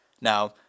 Now